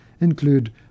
include